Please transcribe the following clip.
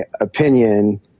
opinion